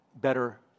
better